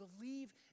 Believe